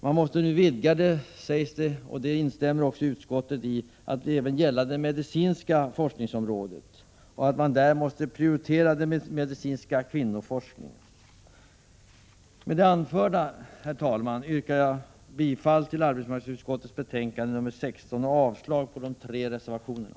Det anförs att jämställdhetsforskningen måste vidgas till att även gälla det medicinska forskningsområdet och att man därvid måste prioritera medicinsk kvinnoforskning. Utskottet instämmer i det. Med det anförda, herr talman, yrkar jag bifall till arbetsmarknadsutskottets hemställan i betänkande 16 och avslag på de tre reservationerna.